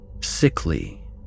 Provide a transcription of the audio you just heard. sickly